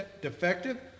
defective